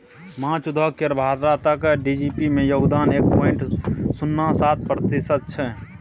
माछ उद्योग केर भारतक जी.डी.पी मे योगदान एक पॉइंट शुन्ना सात प्रतिशत छै